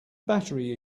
battery